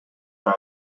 dry